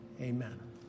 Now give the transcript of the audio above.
amen